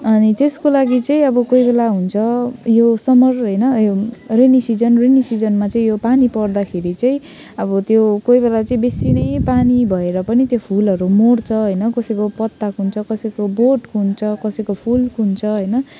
अनि त्यसको लागि चाहिँ अब कोही बेला हुन्छ यो समर होइन यो rainy season rainy season rainy सिजनमा चाहिँ यो पानी पर्दाखेरि चाहिँ अब त्यो कोही बेला चाहिँ बेसी नै पानी भएर पनि त्यो फुलहरू मर्छ होइन कसैको पत्ता कुहुन्छ कसैको बोट कुहुन्छ कसैको फुल कुहुन्छ होइन